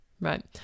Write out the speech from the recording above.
right